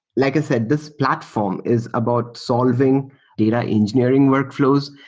like i said, this platform is about solving data engineering workflows.